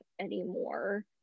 anymore